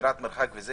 שמירת מרחק וכו',